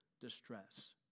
distress